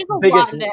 biggest